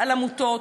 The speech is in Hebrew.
על עמותות.